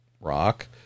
Rock